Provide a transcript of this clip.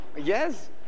Yes